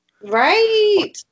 right